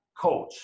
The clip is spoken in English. coach